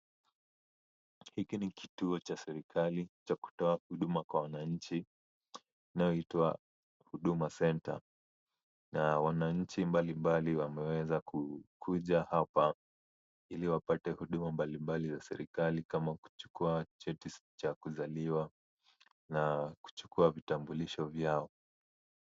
Hiki ni kituo cha serikali cha kutoa huduma kwa wananchi inayoitwa Huduma Center, na wananchi mbalimbali wameweza kukuja hapa, ili wapate huduma mbalimbali za serikali kama kuchukua cheti cha kuzaliwa na kuchukua vitambulisho vyao.